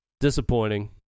disappointing